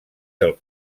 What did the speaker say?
del